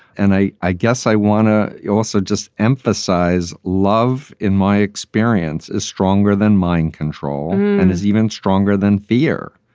and i i guess i want to also just emphasize love in my experience is stronger than mine control and is even stronger than fear.